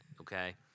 okay